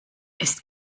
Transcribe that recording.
ist